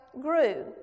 grew